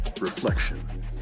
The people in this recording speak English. reflection